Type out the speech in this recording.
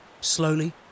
Slowly